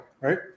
right